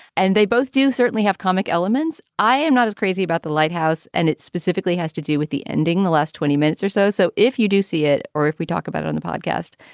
and they both do certainly have comic elements. i am not as crazy about the lighthouse and it specifically has to do with the ending the last twenty minutes or so. so if you do see it or if we talk about it on the podcast,